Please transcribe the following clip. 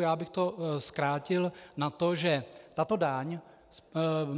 Já bych to zkrátil na to, že tato daň,